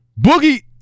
Boogie